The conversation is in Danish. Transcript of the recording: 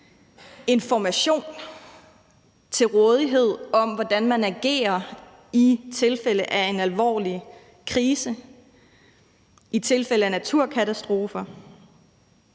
information til rådighed om, hvordan man agerer i tilfælde af en alvorlig krise, i tilfælde af naturkatastrofer